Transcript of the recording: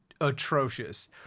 atrocious